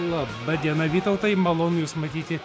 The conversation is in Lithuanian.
laba diena vytautai malonu jus matyti